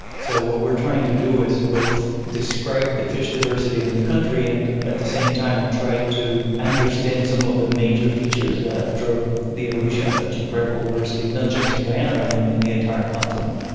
so what we're trying to do is both describe the fish diversity in the country and at the same time try to understand some of the major features that drove the evolution of such incredible diversity, not just in guyana but and in the entire continent.